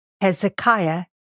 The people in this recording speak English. Hezekiah